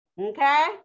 okay